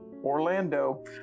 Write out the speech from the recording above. Orlando